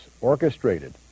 orchestrated